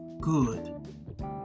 good